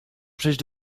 przejść